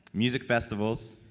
music festivals